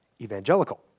evangelical